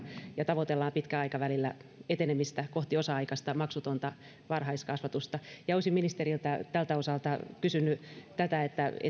ja tavoitellaan pitkällä aikavälillä etenemistä kohti osa aikaista maksutonta varhaiskasvatusta ja olisin ministeriltä tältä osalta kysynyt